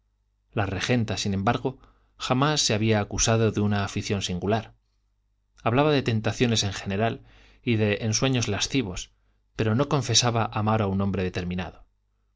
la regenta sin embargo jamás se había acusado de una afición singular hablaba de tentaciones en general y de ensueños lascivos pero no confesaba amar a un hombre determinado